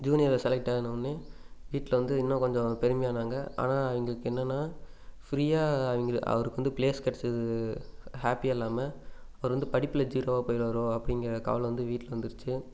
ஜூனியரில் select ஆனன்னே வீட்டில் வந்து இன்னும் கொஞ்சம் பெருமையாக ஆனாங்க ஆனால் அவங்களுக்கு என்னன்னா ஃப்ரீயாக அவங்களுக் அவருக்கு வந்து பிளேஸ் கிடச்சது ஹாப்பியாக இல்லாம அவர் வந்து படிப்பில ஜீரோவாக போயிவிடுவாரோ அப்படிங்குற கவலை வந்து வீட்டில் வந்துருச்சு